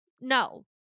no